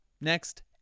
Next